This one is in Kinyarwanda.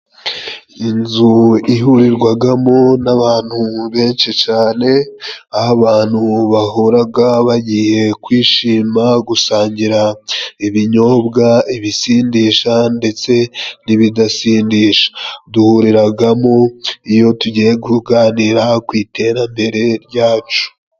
Inzu ihurigwagamo n'abantu benshi cane， aho abantu bahuraga bagiye kwishima，gusangira ibinyobwa ibisindisha ndetse n'ibidasindisha，duhuriragamo iyo tugiye kuganira ku iterambere ryacu.